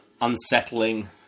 unsettling